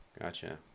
Gotcha